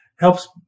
helps